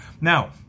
Now